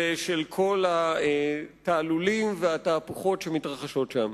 ושל כל התעלולים והתהפוכות שמתרחשים שם.